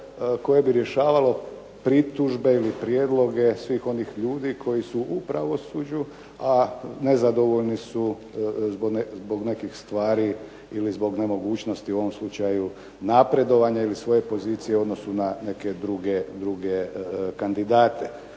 koje bi rješavalo pritužbe ili prijedloge svih onih ljudi koji su u pravosuđu, a nezadovoljni su zbog nekih stvari ili zbog nemogućnosti u ovom slučaju napredovanja ili svoje pozicije u odnosu na neke druge kandidate.